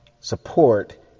support